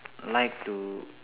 like to